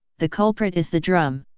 the culprit is the drum.